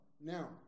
Now